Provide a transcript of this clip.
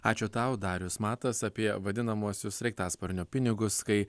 ačiū tau darius matas apie vadinamuosius sraigtasparnio pinigus kai